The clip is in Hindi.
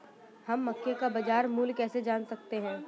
हम मक्के का बाजार मूल्य कैसे जान सकते हैं?